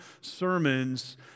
sermons